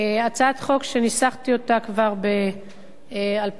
הצעת חוק שניסחתי אותה כבר ב-2008,